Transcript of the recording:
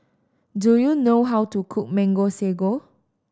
do you know how to cook Mango Sago